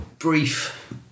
Brief